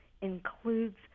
includes